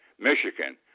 Michigan